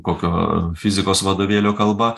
kokio fizikos vadovėlio kalba